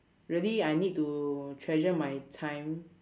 really I need to treasure my time